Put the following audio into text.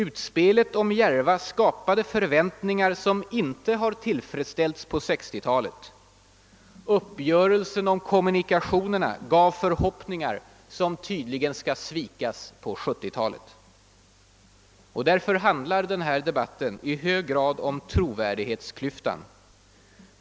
Utspelet om Järva skapade förväntningar som inte har tillfredställts på 1960-talet. Uppgörelsen om kommunikationerna gav förhoppningar, som tydligen skall svikas på 1970-talet. Och därför handlar den här debatten i hög grad om trovärdighetsklyftan.